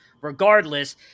Regardless